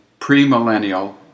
premillennial